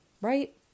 right